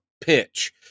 pitch